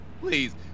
Please